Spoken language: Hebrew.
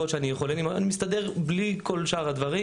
אני מסתדר בלי כל שאר הדברים.